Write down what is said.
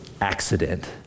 accident